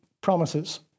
promises